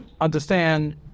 understand